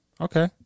Okay